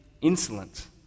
insolent